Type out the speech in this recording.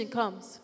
comes